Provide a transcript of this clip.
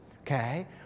okay